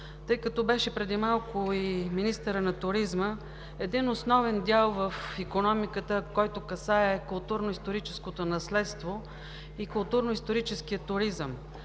тъй като преди малко тук беше и министърът на туризма, един основен дял в икономиката, който касае културно-историческото наследство и културно-историческия туризъм.